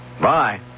Bye